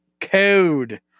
Code